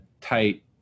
tight